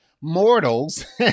mortals